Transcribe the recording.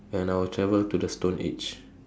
and I will travel to the stone age